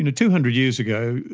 and two-hundred years ago,